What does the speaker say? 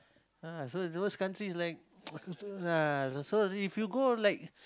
ah so those countries like ah also if you go like